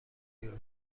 یورو